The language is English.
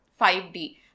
5D